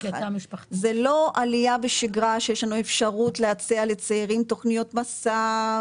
זה לא עלייה בשגרה שיש לנו אפשרות להציע לצעירים תוכניות מסע,